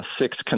Six